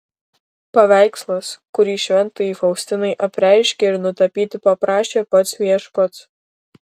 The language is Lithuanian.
paveikslas kurį šventajai faustinai apreiškė ir nutapyti paprašė pats viešpats